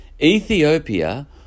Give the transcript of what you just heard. Ethiopia